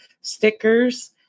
stickers